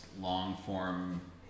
long-form